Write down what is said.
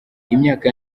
imyaka